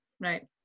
Right